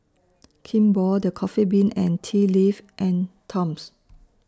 Kimball The Coffee Bean and Tea Leaf and Toms